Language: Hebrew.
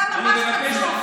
אתה ממש חצוף.